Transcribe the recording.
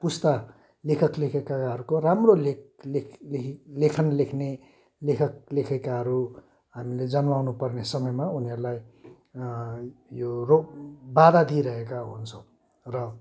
पुस्ता लेखक लेखिकाहरको राम्रो लेख लेख ले लेखन लेख्ने लेखक लेखिकाहरू हामीले जन्माउनुपर्ने समयमा उनीहरूलाई यो रोक बाधा दिइरहेका हुन्छौँ र